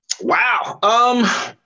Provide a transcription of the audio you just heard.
Wow